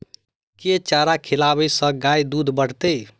केँ चारा खिलाबै सँ गाय दुध बढ़तै?